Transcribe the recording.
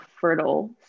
fertile